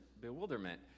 bewilderment